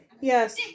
yes